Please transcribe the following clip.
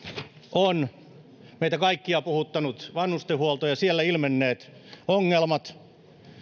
on meitä kaikkia puhuttanut vanhustenhuolto ja siellä ilmenneet ongelmat